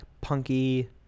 punky